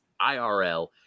IRL